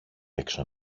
έξω